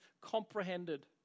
comprehended